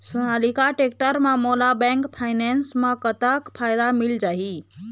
Sonalika tractor म मोला bank finance म कतक फायदा मिल जाही?